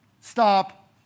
Stop